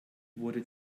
wurde